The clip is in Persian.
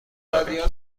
داریم